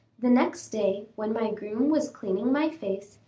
the next day, when my groom was cleaning my face,